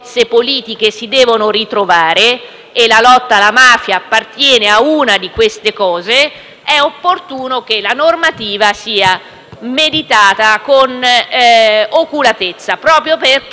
e la lotta alla mafia è uno di questi. È opportuno, dunque, che la normativa sia meditata con oculatezza, proprio perché deve raggiungere il risultato